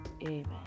amen